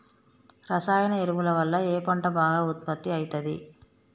రసాయన ఎరువుల వల్ల ఏ పంట బాగా ఉత్పత్తి అయితది?